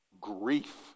grief